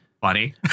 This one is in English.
funny